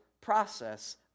process